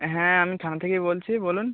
হ্যাঁ আমি থানা থেকেই বলছি বলুন